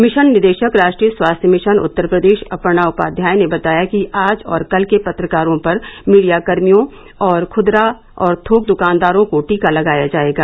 mission निदेशक राष्ट्रीय स्वास्थ्य मिशन उत्तर प्रदेश अपर्णा उपाध्याय ने बताया कि आज और कल के पत्रकारों पर मीडियाकर्मियों और खुदरा और थोक दुकानदारों को टीका लगाया जाएगा